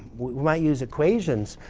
we might use equations.